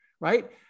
right